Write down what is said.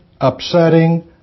upsetting